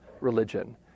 religion